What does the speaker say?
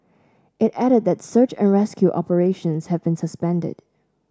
it added that search and rescue operations have been suspended